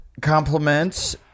compliments